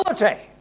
reality